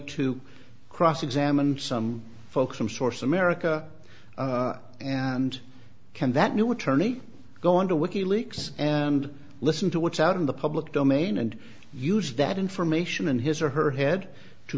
to cross examined some folks from source america and can that new attorney go into wiki leaks and listen to what's out in the public domain and use that information in his or her head to